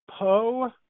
Poe